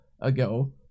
ago